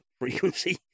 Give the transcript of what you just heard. frequency